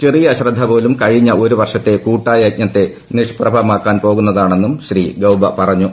ചെറിയ അശ്രദ്ധപോലും കഴിഞ്ഞ കൂട്ടു വർഷത്തെ കൂട്ടായ യജ്ഞത്തെ നിഷ്പ്രഭമാക്കാൻ പോക്ടൂന്നതാണെന്നും ശ്രീ ഗൌബ പറഞ്ഞു